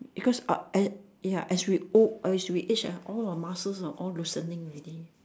because I as ya as we old as we age ah all our muscles know all are loosening already